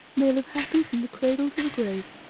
may live happy from the cradle to the grave.